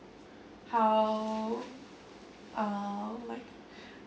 how um like